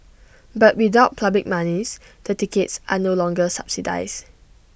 but without public monies the tickets are no longer subsidise